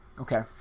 Okay